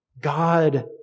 God